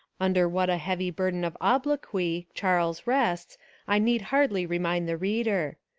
under what a heavy burden of obloquy charles rests i need hardly remind the reader.